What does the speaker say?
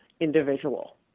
individual